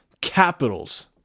capitals